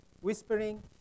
whispering